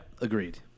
Agreed